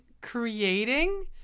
creating